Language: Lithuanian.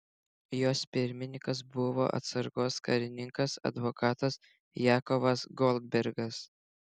jos pirmininkas buvo atsargos karininkas advokatas jakovas goldbergas